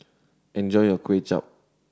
enjoy your Kway Chap